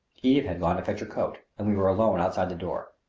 eve had gone to fetch her cloak and we were alone outside the door.